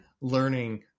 learning